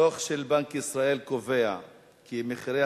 הנושא הבא: דוח של בנק ישראל קובע כי מחירי